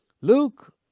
Luke